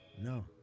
No